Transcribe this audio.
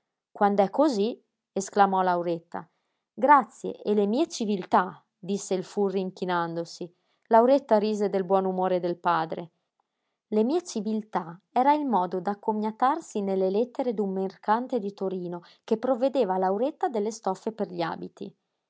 quand'è cosí esclamò lauretta grazie e le mie civiltà disse il furri inchinandosi lauretta rise del buon umore del padre le mie civiltà era il modo d'accomiatarsi nelle lettere d'un mercante di torino che provvedeva lauretta delle stoffe per gli abiti